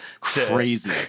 crazy